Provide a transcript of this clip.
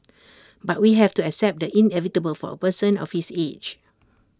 but we have to accept the inevitable for A person of his age